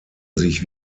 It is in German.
sich